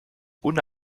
ohne